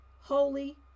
holy